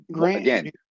Again